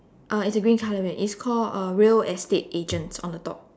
uh it's a green color building it's called uh real estate agent on the top